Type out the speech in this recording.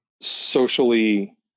socially